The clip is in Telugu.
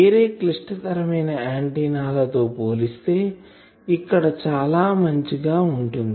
వేరే క్లిష్టతరమైన ఆంటిన్నా ల తో పోలిస్తే ఇక్కడ చాలా మంచి గా వుంటుంది